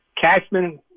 Cashman